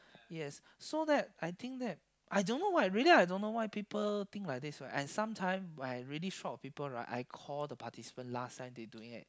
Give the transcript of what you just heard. yes so that I think that I don't know why really I don't know why people think like this and sometimes when I short of people right I call the participants last time they doing it